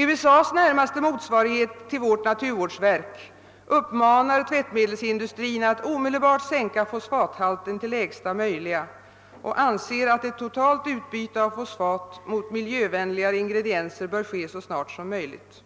USA:s närmaste motsvarighet till vårt naturvårdsverk uppmanar tvättmedelsindustrin att omedelbart sänka fosfathalten till lägsta möjliga nivå och anser att ett totalt utbyte av fosfat mot miljövänligare ingredienser bör ske så snart som möjligt.